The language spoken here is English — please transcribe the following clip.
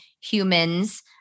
humans